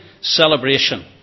celebration